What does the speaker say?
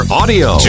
audio